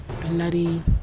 bloody